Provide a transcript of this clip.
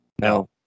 No